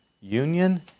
union